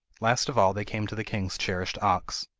last of all they came to the king's cherished ox.